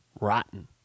rotten